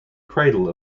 cradle